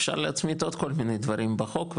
אפשר להצמיד עוד כל מיני דברים בחוק,